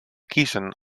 kiezen